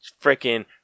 Freaking